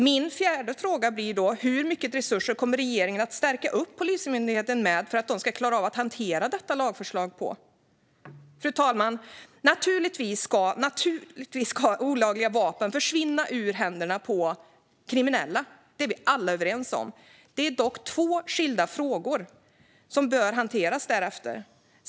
Min fjärde fråga blir då: Hur mycket resurser kommer regeringen att förstärka Polismyndigheten med för att de ska klara av att hantera detta lagförslag? Fru talman! Naturligtvis ska olagliga vapen försvinna ur händerna på kriminella. Det är vi alla överens om. Det är dock två skilda frågor som bör hanteras därefter.